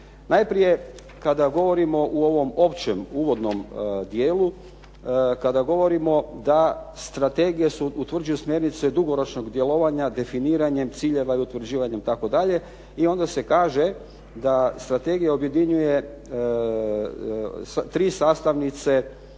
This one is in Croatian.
Najprije kada govorimo u ovom općem, uvodnom dijelu, kada govorimo da strategije utvrđuju smjernice dugoročnog djelovanja definiranjem ciljeva i utvrđivanjem itd. i onda se kaže da strategija objedinjuje tri sastavnice